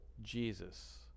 Jesus